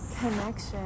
connection